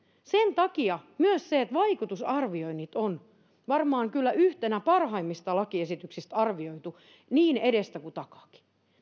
sen takia myös vaikutusarvioinnit on kyllä varmaan yhtenä parhaimmista lakiesityksistä tehty niin edestä kuin takaakin